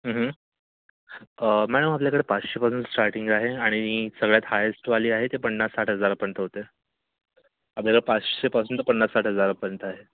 madam आपल्याकडे पाचशेपासून starting आहे आणि सगळ्यात हायेस्ट वाली आहे ते पन्नास साठ हजारापर्यंत होतं आहे आपल्याकडे पाचशेपासून ते पन्नास साठ हजारापर्यंत आहे